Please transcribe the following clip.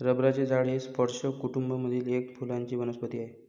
रबराचे झाड हे स्पर्ज कुटूंब मधील एक फुलांची वनस्पती आहे